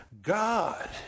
God